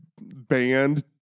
banned